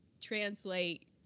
translate